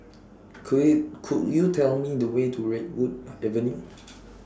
Could YOU Could YOU Tell Me The Way to Redwood Avenue